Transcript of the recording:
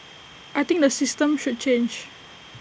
I think the system should change